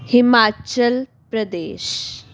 Himachal Pradesh